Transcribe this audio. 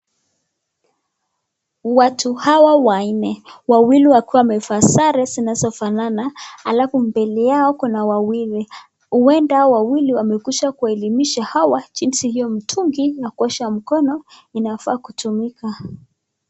Watu hawa wanne, wawili wao wakiwa wamevaa sare zinazofanana, alafu mbele yao kuna wawili, huenda hawa wawili wamekuja kuwaelimisha hawa jinsi hiyo mtungi ya kuosha mkono inafaa kutumika.